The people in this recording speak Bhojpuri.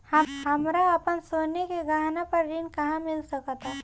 हमरा अपन सोने के गहना पर ऋण कहां मिल सकता?